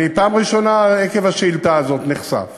אני בפעם הראשונה, עקב השאילתה הזאת, נחשף